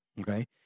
Okay